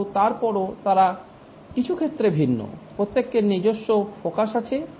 কিন্তু তারপরও তারা কিছু ক্ষেত্রে ভিন্ন প্রত্যেকের নিজস্ব ফোকাস আছে